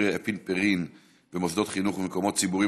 אפינפרין במוסדות חינוך ובמקומות ציבוריים,